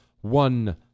one